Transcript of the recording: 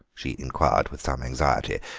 she inquired with some anxiety,